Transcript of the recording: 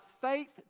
faith